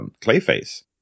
Clayface